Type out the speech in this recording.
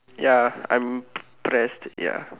ya I'm impressed ya